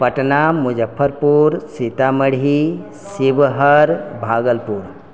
Patna Muzaffarpur Sitamarhi Sheohar Bhagalpur